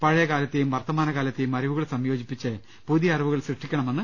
പഴയ കാല ത്തെയും വർത്തമാന കാലത്തെയും അറിവുകൾ സംയോജിപ്പിച്ച് പുതിയ അറിവു കൾ സൃഷ്ടിക്കണമെന്ന് സി